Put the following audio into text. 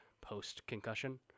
post-concussion